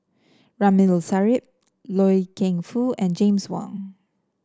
Ramli Sarip Loy Keng Foo and James Wong